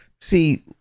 See